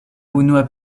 unua